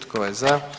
Tko je za?